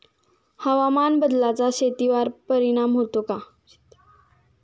हवामान बदलाचा शेतीवर परिणाम होतो का?